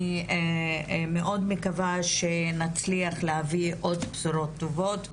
מאוד מקווה שנצליח להביא עוד בשורות טובות.